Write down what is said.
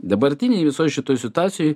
dabartinėj visoj šitoj situacijoj